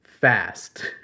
Fast